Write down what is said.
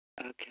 Okay